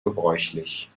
gebräuchlich